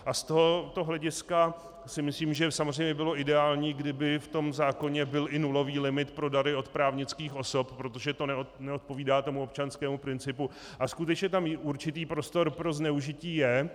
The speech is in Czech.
Z tohoto hlediska si myslím, že by samozřejmě bylo ideální, kdyby v tom zákoně byl i nulový limit pro dary od právnických osob, protože to neodpovídá tomu občanskému principu a skutečně tam i určitý prostor pro zneužití je.